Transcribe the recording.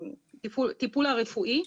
הטיפול הרפואי.